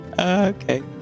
Okay